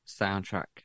soundtrack